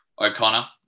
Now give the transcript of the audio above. O'Connor